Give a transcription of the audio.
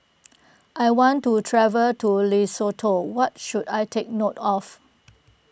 I want to travel to Lesotho what should I take note of